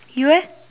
you leh